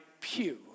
pew